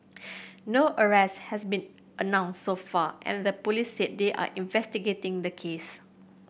no arrests have been announced so far and the police said they are investigating the case